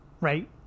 right